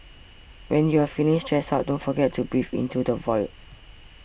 when you are feeling stressed out don't forget to breathe into the void